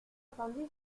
entendu